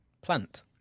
Plant